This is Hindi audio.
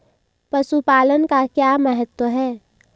पशुपालन का क्या महत्व है?